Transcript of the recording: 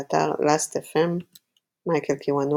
באתר Last.fm מייקל קיוונוקה,